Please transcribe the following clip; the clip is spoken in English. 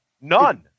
None